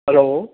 hello